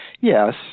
Yes